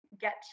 get